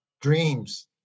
dreams